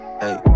hey